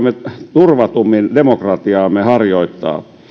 turvatummin demokratiaamme harjoittaa